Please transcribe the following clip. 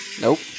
Nope